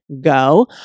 go